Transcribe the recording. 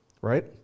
Right